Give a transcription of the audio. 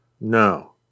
No